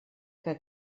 que